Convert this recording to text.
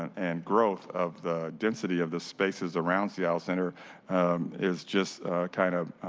and and growth of the density of the spaces around seattle center is just kind of